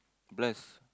bless